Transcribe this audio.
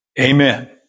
Amen